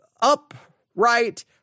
upright